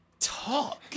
Talk